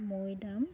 মৈদাম